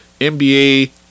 NBA